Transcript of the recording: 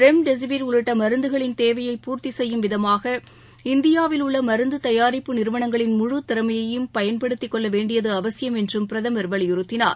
remdesivir உள்ளிட்டமருந்துகளின் தேவையை பூர்த்திசெய்யும் விதமாக இந்தியாவில் உள்ளமருந்துதயாரிப்பு நிறுவனங்களில் முழு திறமையையும் பயன்படுத்திக் கொள்ளவேண்டியதுஅவசியம் என்றும் பிரதமர் வலியுறுத்தினார்